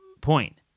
point